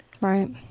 Right